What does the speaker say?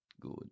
Good